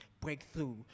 breakthrough